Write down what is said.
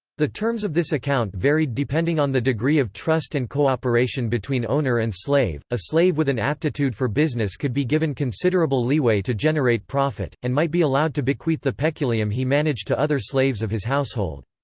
the terms of this account varied depending on the degree of trust and co-operation between owner and slave a slave with an aptitude for business could be given considerable leeway to generate profit, and might be allowed to bequeath the peculium he managed to other slaves of his household.